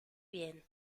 bien